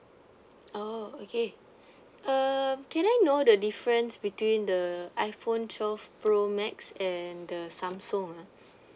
oh okay uh can I know the difference between the iphone twelve pro max and the samsung ah